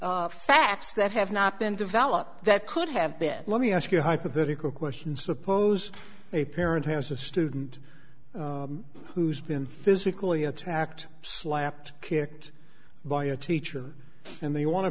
facts that have not been developed that could have been let me ask you a hypothetical question suppose a parent has a student who's been physically attacked slapped kicked by a teacher and they want to